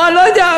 או אני לא יודע,